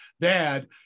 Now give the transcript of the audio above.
dad